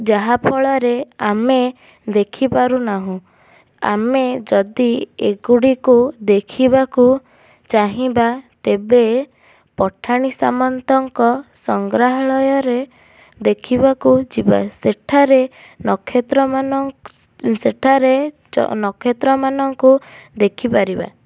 ଯାହାଫଳରେ ଆମେ ଦେଖିପାରୁନାହୁଁ ଆମେ ଯଦି ଏଗୁଡ଼ିକୁ ଦେଖିବାକୁ ଚାହିଁବା ତେବେ ପଠାଣି ସାମନ୍ତଙ୍କ ସଂଗ୍ରହାଳୟରେ ଦେଖିବାକୁ ଯିବା ସେଠାରେ ନକ୍ଷତ୍ରମାନ ସେଠାରେ ନକ୍ଷତ୍ରମାନଙ୍କୁ ଦେଖିପାରିବା